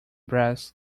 brass